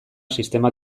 sistema